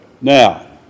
now